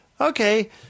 okay